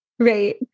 Right